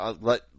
let